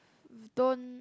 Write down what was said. don't